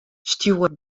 stjoer